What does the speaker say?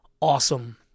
awesome